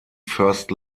first